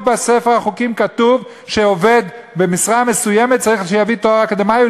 בספר החוקים כתוב שעובד במשרה מסוימת צריך תואר אקדמי?